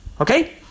okay